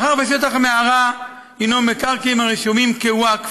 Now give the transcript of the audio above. מאחר ששטח המערה הוא מקרקעין הרשומים כווקף,